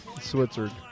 Switzerland